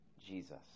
Jesus